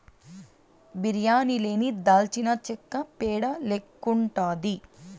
బిర్యానీ లేని దాల్చినచెక్క పేడ లెక్కుండాది